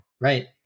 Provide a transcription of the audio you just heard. Right